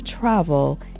travel